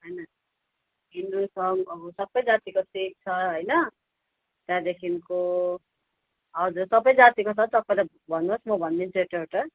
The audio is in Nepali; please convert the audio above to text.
होइन हिन्दू छ अब सबै जातिको सिख छ होइन त्यहाँदेखिको हजुर सबै जातिको छ तपाईँले भन्नोस् म भनिदिन्छु एउटा एउटा